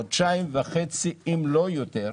חודשיים וחצי, אם לא יותר,